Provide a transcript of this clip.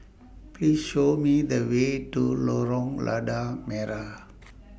Please Show Me The Way to Lorong Lada Merah